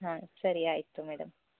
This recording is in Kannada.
ಹಾಂ ಸರಿ ಆಯಿತು ಮೇಡಮ್